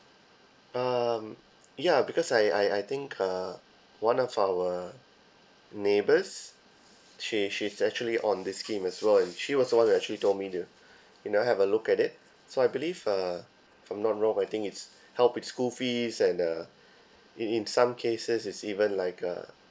um ya because I I I think uh one of our neighbours she she's actually on this scheme as well and she was the one who actually told me to you know have a look at it so I believe uh if I'm not wrong I think it's help with school fees and uh in in some cases it's even like uh